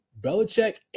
Belichick